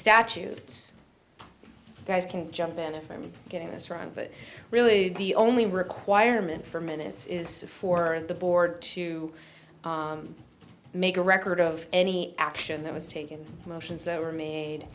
statutes guys can jump in if i'm getting this wrong but really the only requirement for minutes is for the board to make a record of any action that was taken the motions that were made